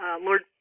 Lord